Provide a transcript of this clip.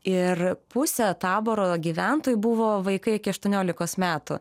ir pusė taboro gyventojų buvo vaikai iki aštuoniolikos metų